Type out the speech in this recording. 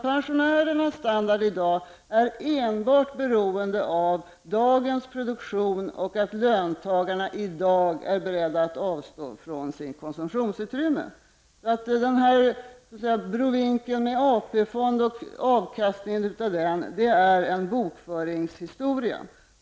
Pensionärernas standard i dag är enbart beroende av den produktion vi har i dag och att löntagarna i dag är beredda att avstå från sitt konsumtionsutrymme. Abrovinkeln med AP fondens avkastning är en fråga om bokföring.